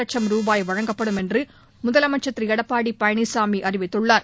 லட்சம் ரூபாய் வழங்கப்படும் என்று முதலமைச்சர் திரு எடப்பாடி பழனிசாமி அறிவித்துள்ளார்